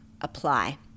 apply